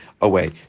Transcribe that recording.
away